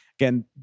Again